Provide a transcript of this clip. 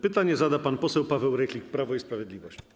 Pytanie zada pan poseł Paweł Rychlik, Prawo i Sprawiedliwość.